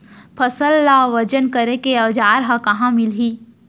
फसल ला वजन करे के औज़ार हा कहाँ मिलही?